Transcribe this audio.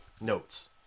notes